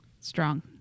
Strong